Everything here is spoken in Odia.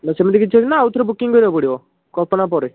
ସେମିତି କିଛି ଅଛି ନା ଆଉ ଥରେ ବୁକିଙ୍ଗ କରିବାକୁ ପଡ଼ିବ କଳ୍ପନା ପରେ